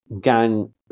gang